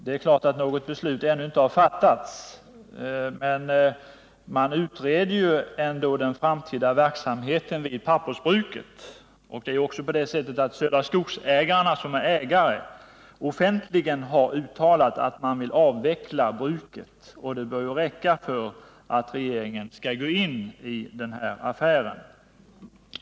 Det är klart att något beslut ännu inte har fattats, men man utreder den framtida verksamheten vid pappersbruket. Och Södra Skogsägarna, som är ägare av bruket, har offentligen uttalat att man vill avveckla bruket. Detta bör räcka för att regeringen skall gå in i den här affären.